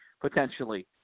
potentially